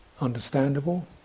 Understandable